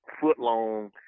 foot-long